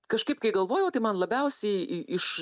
kažkaip kai galvojau tai man labiausiai iš